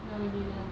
no we didn't